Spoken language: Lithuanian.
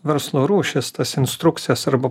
verslo rūšis tas instrukcijas arba